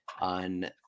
on